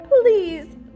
Please